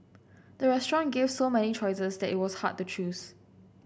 the restaurant gave so many choices that it was hard to choose